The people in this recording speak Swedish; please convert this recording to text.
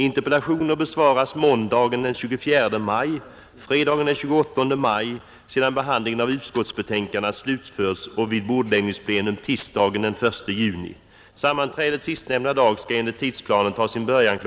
Interpellationer besvaras måndagen den 24 maj, fredagen den 28 maj sedan behandlingen av utskottsbetänkanden slutförts och vid bordläggningsplenum tisdagen den 1 juni. Sammanträdet sistnämnda dag skall enligt tidplanen ta sin början kl.